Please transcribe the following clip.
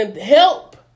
Help